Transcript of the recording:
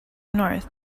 north